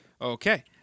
Okay